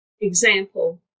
example